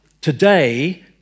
today